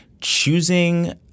choosing